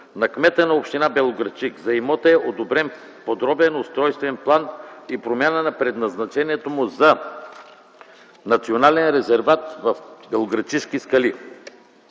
на кмета на община Белоградчик за имота е одобрен подробен устройствен план и промяна на предназначението му за национален резерват в Белоградчишки скали